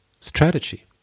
strategy